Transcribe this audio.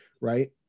Right